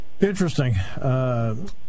Interesting